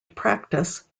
practice